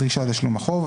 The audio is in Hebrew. הדרישה לתשלום החוב)",